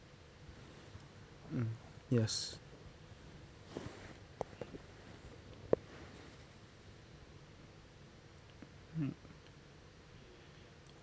mm yes mm